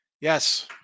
Yes